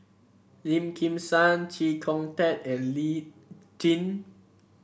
Lim Kim San Chee Kong Tet and Lee Tjin